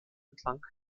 entlang